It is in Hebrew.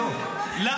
אנחנו נכניס אותם לעד,